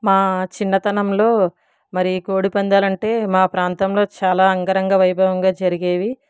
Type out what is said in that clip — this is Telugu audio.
మా చిన్నతనంలో మరి కోడి పందాలంటే మా ప్రాంతంలో చాలా అంగరంగ వైభవంగా జరిగేవి